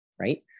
right